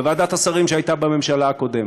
בוועדת השרים שהייתה בממשלה הקודמת,